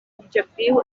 objectiu